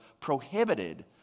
prohibited